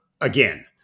again